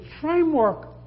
framework